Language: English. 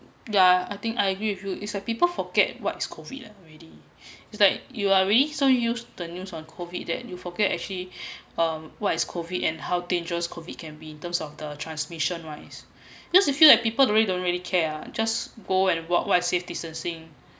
ya I think I agree with you is like people forget what's COVID already is like you're being so used to the news on COVID that you forget actually um what is COVID and how dangerous COVID can be in terms of the transmission wise because you feel like people who don't really care ah just go and what what's stay distancing